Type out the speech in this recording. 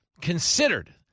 considered